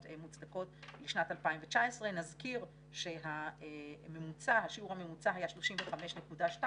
מוצדקות לשנת 2019. נזכיר שהשיעור הממוצע היה 35.2,